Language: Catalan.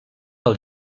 pel